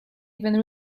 even